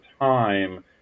time